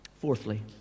fourthly